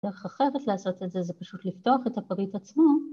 דרך אחרת לעשות את זה, זה פשוט לפתוח את הפריט עצמו